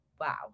Wow